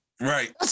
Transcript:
Right